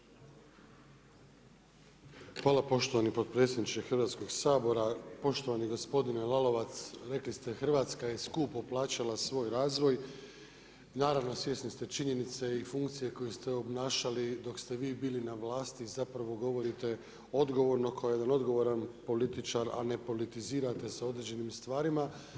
Hvala poštovani predsjedniče Hrvatskog sabora, poštovani gospodine Lalovac, rekli ste Hrvatska je skupo plaćala svoj razvoj, naravno svjesni ste činjenice i funkcije koju ste obnašali dok ste vi bili na vlasti, zapravo govorite odgovorno kao odgovoran političar, a ne politizirate sa određenim stvarima.